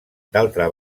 d’altra